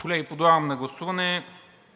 Колеги, подлагам на гласуване